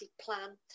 plan